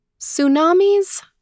Tsunamis